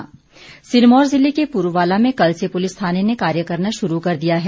police थाना सिरमौर जिले के प्रूवाला में कल से प्लिस थाने ने कार्य करना शुरू कर दिया है